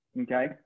Okay